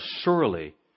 surely